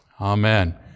Amen